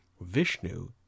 Vishnu